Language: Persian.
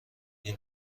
این